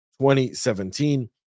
2017